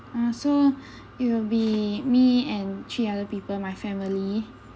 uh so it will be me and three other people my family